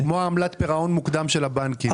זה כמו עמלת פירעון מוקדם של הבנקים.